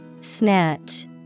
Snatch